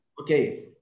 okay